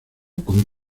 con